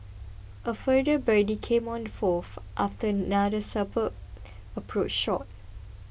a further birdie came on the fourth after another superb approach shot